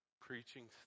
preaching